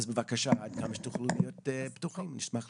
אז בבקשה, עד כמה שתוכלו להיות פתוחים נשמח לשמוע.